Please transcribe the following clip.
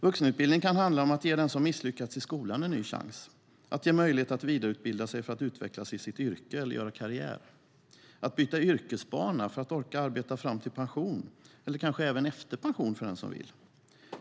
Vuxenutbildning kan handla om att ge den som misslyckats i skolan en ny chans, att ge möjlighet att vidareutbilda sig för att utvecklas i sitt yrke eller göra karriär, att byta yrkesbana för att orka arbeta fram till pension eller kanske även efter pension för den som vill.